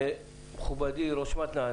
מכובדי ראש מתנ"א,